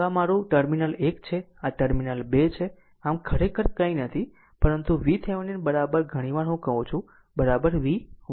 તો આ તમારું ટર્મિનલ 1 છે અને આ ટર્મિનલ 2 છે આમ ખરેખર કંઇ નથી પરંતુ VThevenin ઘણી વાર હું કહું છું V 1 2